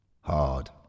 Hard